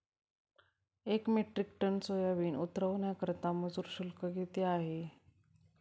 एक metric tonne soybean उतरवण्याकरता मजूर शुल्क किती आहे?